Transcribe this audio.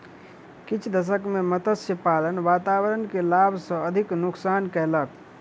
किछ दशक में मत्स्य पालन वातावरण के लाभ सॅ अधिक नुक्सान कयलक